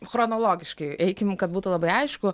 chronologiškai eikim kad būtų labai aišku